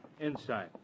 Inside